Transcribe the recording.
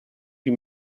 die